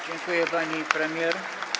Dziękuję, pani premier.